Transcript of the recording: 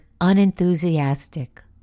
unenthusiastic